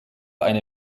eine